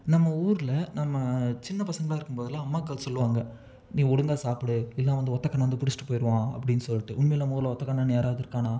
நம்ம ஊரில் நம்ம சின்ன பசங்களாக இருக்கும்போதெல்லாம் அம்மாக்கள் சொல்லுவாங்க நீ ஒழுங்காக சாப்பிடு இல்லைன்னா வந்து ஒத்தக்கண்ணன் வந்து பிடுச்சிட்டு போய்டுவான் அப்படின்னு சொல்லிட்டு உண்மையிலே நம்ம ஊரில் ஒத்தக்கண்ணன்னு யாராவது இருக்கானா